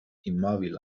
immòbil